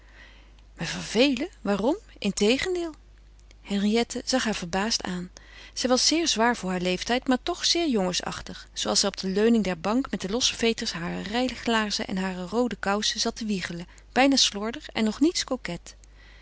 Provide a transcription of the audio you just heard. me vervelen waarom integendeel henriette zag haar verbaasd aan zij was zeer zwaar voor haar leeftijd maar toch zeer jongensachtig zooals zij op de leuning der bank met de losse veters harer rijglaarzen en hare roode kousen zat te wiegelen bijna slordig en nog niets